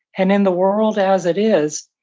and then the world as it is,